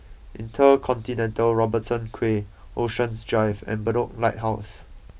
InterContinental Robertson Quay Oceans Drive and Bedok Lighthouse